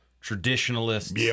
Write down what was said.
traditionalists